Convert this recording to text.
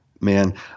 Man